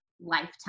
lifetime